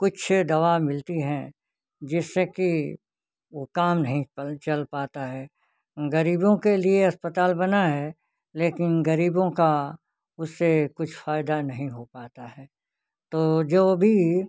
कुछ दवा मिलती हैं जिससे कि उ काम नहीं कल चल पाता है गरीबों के लिए अस्पताल बना है लेकिन गरीबों का उससे कुछ फ़ायदा नहीं हो पाता है तो जो भी